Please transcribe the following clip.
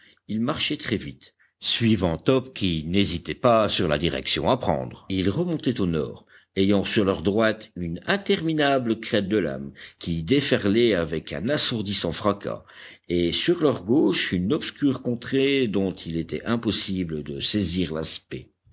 ils marchaient très vite suivant top qui n'hésitait pas sur la direction à prendre ils remontaient au nord ayant sur leur droite une interminable crête de lames qui déferlait avec un assourdissant fracas et sur leur gauche une obscure contrée dont il était impossible de saisir l'aspect